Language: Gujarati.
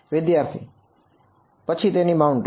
વિદ્યાર્થી પછી તેની બાઉન્ડ્રી